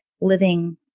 living